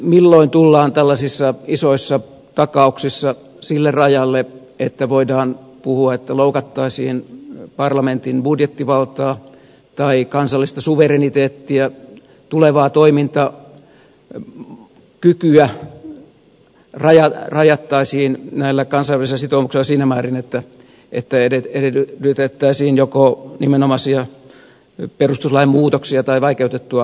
milloin tullaan tällaisissa isoissa takauksissa sille rajalle että voidaan puhua että loukattaisiin parlamentin budjettivaltaa tai kansallista suvereniteettia tulevaa toimintakykyä rajattaisiin näillä kansainvälisillä sitoumuksilla siinä määrin että edellytettäisiin joko nimenomaisia perustuslain muutoksia tai vaikeutettua säätämisjärjestystä